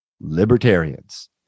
Libertarians